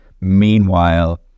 Meanwhile